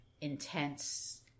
intense